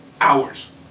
hours